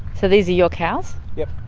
so these are your cows? yep.